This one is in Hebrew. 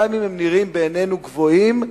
גם אם הם נראים בעינינו גבוהים,